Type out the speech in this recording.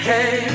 Hey